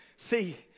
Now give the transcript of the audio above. See